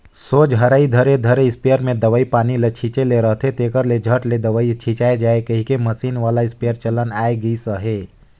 सोझ हरई धरे धरे इस्पेयर मे दवई पानी ल छीचे ले रहथे, तेकर ले झट ले दवई छिचाए जाए कहिके मसीन वाला इस्पेयर चलन आए गइस अहे